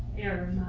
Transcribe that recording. airman.